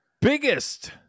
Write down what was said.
biggest